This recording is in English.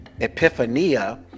epiphania